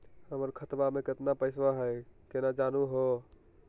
हमर खतवा मे केतना पैसवा हई, केना जानहु हो?